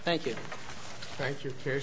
thank you thank you her